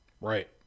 Right